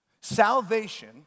Salvation